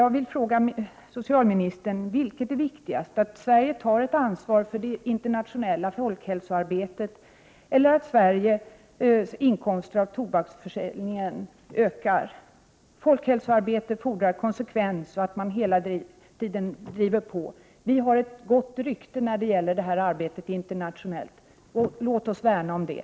Jag vill fråga socialministern vad som är viktigast: Är det att Sverige tar ett ansvar för det internationella folkhälsoarbetet, eller är det att Sveriges inkomster av tobaksförsäljningen ökar? Folkhälsoarbetet fordrar konsekvens och att man hela tiden driver på. Sverige har ett gott rykte när det gäller detta arbete internationellt, och låt oss värna om det!